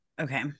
Okay